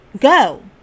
go